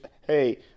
hey